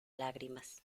lágrimas